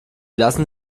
lassen